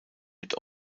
wird